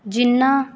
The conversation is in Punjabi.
ਜਿਹਨਾਂ